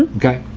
okay,